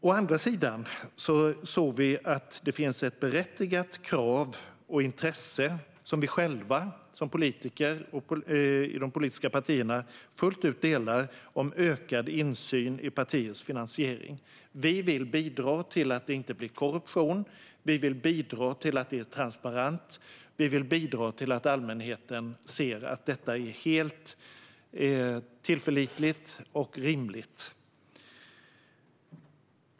Å andra sidan såg vi att det finns ett berättigat krav på och ett intresse av ökad insyn i partiernas finansiering, som vi själva som politiker och i de politiska partierna fullt ut delar. Vi vill bidra till att det inte förekommer korruption, till att det är transparent och till att allmänheten ser att detta är helt tillförlitligt och rimligt.